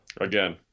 again